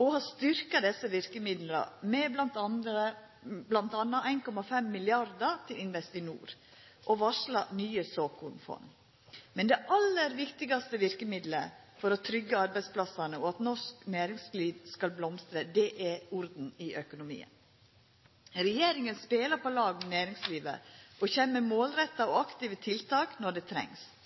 og har styrkt desse verkemidla med m.a. 1,5 mrd. kr til Investinor og varsla nye såkornfond. Men det aller viktigaste verkemiddelet for å tryggja arbeidsplassane og for at norsk næringsliv skal blomstra, er orden i økonomien. Regjeringa spelar på lag med næringslivet og kjem med målretta og aktive tiltak når det trengst,